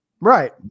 right